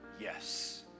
yes